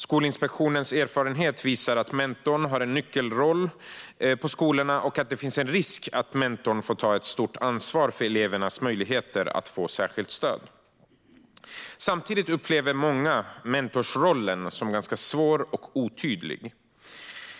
Skolinspektionens erfarenhet visar att mentorn har en nyckelroll i skolorna och att det finns en risk att mentorn får ta ett stort ansvar för elevernas möjligheter att få särskilt stöd. Samtidigt upplever många mentorsrollen som svår och otydlig.